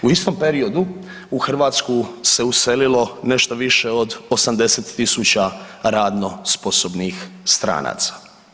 U istom periodu u Hrvatsku se uselilo nešto više od 80.000 radno sposobnih stranaca.